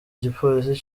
igipolisi